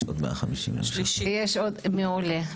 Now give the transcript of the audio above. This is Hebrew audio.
יש עוד 150. מעולה.